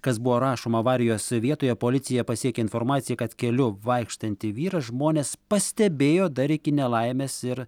kas buvo rašoma avarijos vietoje policiją pasiekė informacija kad keliu vaikštantį vyrą žmonės pastebėjo dar iki nelaimės ir